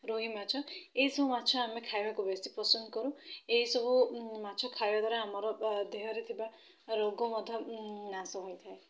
ରୋହି ମାଛ ଏଇସବୁ ମାଛ ଆମେ ଖାଇବାକୁ ବେଶୀ ପସନ୍ଦ କରୁ ଏଇସବୁ ମାଛ ଖାଇବା ଦ୍ଵାରା ଆମର ଦେହରେ ଥିବା ରୋଗ ମଧ୍ୟ ନାଶ ହୋଇଥାଏ